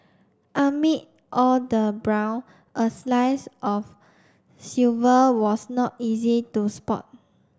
amid all the brown a slice of silver was not easy to spot